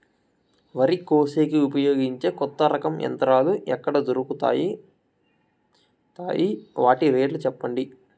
వరి కోసేకి ఉపయోగించే కొత్త రకం యంత్రాలు ఎక్కడ దొరుకుతాయి తాయి? వాటి రేట్లు చెప్పండి?